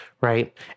right